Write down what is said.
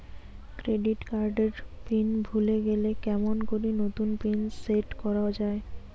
Credit card এর pin ভুলে গেলে কেমন করি নতুন পিন সেট করা য়ায়?